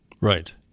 Right